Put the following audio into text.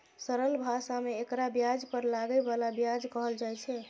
सरल भाषा मे एकरा ब्याज पर लागै बला ब्याज कहल छै